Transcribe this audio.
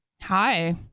hi